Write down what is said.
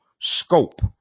scope